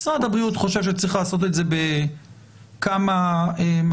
משרד הבריאות חושב שצריך לעשות את זה בכמה מהלכים.